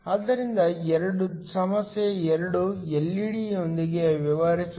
ಆದ್ದರಿಂದ ಸಮಸ್ಯೆ 2 ಎಲ್ಇಡಿಯೊಂದಿಗೆ ವ್ಯವಹರಿಸುತ್ತದೆ